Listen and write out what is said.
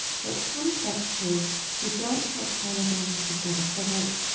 so it comes back to you don't take panadol unless you've got a headache,